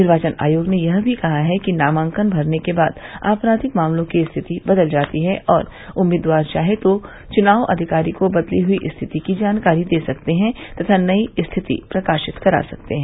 निर्वाचन आयोग ने यह भी कहा कि नामांकन भरने के बाद आपराधिक मामले की स्थिति बदल जाती है और उम्मीदवार चाहे तो चुनाव अधिकारी को बदली हई स्थिति की जानकारी दे सकते हैं तथा नई स्थिति प्रकाशित करा सकते हैं